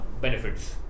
benefits